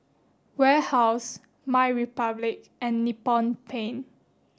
Warehouse MyRepublic and Nippon Paint